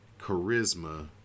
charisma